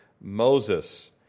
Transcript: Moses